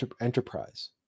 enterprise